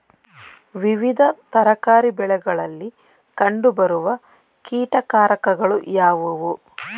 ವಿವಿಧ ತರಕಾರಿ ಬೆಳೆಗಳಲ್ಲಿ ಕಂಡು ಬರುವ ಕೀಟಕಾರಕಗಳು ಯಾವುವು?